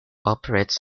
operates